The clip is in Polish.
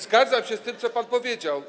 Zgadzam się z tym, co pan powiedział.